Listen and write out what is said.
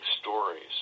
stories